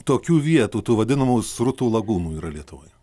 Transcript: tokių vietų tų vadinamų srutų lagūnų yra lietuvoj